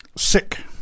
Sick